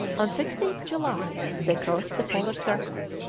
on sixteenth july they crossed the polar circle.